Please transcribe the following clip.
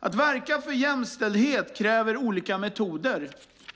Att verka för jämställdhet kräver olika metoder.